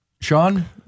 Sean